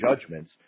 judgments